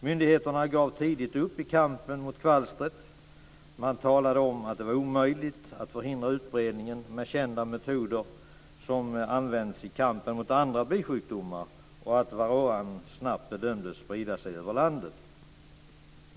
Myndigheterna gav tidigt upp i kampen mot kvalstret. Man talade om att det var omöjligt att förhindra utbredningen med kända metoder som använts i kampen mot andra bisjukdomar, och att varroan snabbt bedömdes sprida sig över landet.